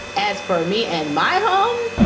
as for me and my home,